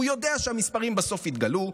הוא יודע שהמספרים בסוף יתגלו,